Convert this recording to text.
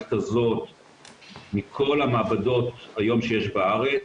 למערכת הזאת מכל המעבדות שיש היום בארץ,